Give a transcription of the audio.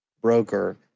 broker